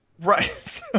Right